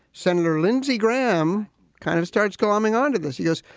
senator lindsey graham kind of starts glomming onto this. yes.